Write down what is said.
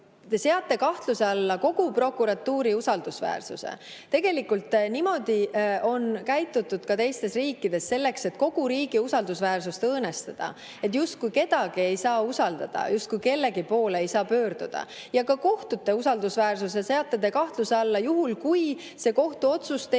seate kahtluse alla kogu prokuratuuri usaldusväärsuse. Niimoodi on käitutud ka teistes riikides selleks, et kogu riigi usaldusväärsust õõnestada, et justkui kedagi ei saa usaldada, justkui kellegi poole ei saa pöörduda. Ka kohtute usaldusväärsuse seate te kahtluse alla, juhul kui see kohtuotsus teile